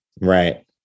Right